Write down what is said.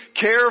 care